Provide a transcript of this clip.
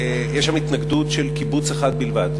יש שם התנגדות של קיבוץ אחד בלבד.